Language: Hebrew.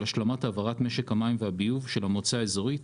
השלמת העברת משק המים והביוב של המועצה האזורית,